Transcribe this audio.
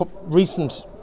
recent